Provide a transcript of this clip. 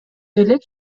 элек